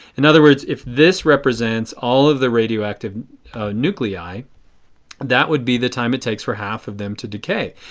in other words if this represents all of the radioactive nuclei that would be the time it takes for half of them to decay.